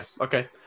Okay